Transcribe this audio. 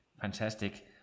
Fantastic